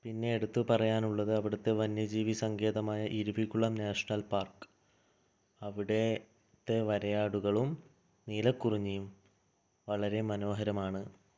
പിന്നെ എടുത്തു പറയാനുള്ളത് അവിടുത്തെ വന്യജീവി സങ്കേതമായ ഇരവികുളം നാഷണൽ പാർക്ക് അവിടുത്തെ വരയാടുകളും നീലക്കുറിഞ്ഞിയും വളരെ മനോഹരമാണ്